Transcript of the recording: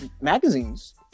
magazines